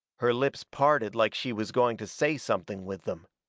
her lips parted like she was going to say something with them.